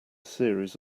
series